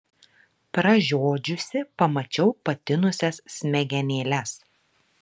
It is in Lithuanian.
pražiodžiusi pamačiau patinusias smegenėles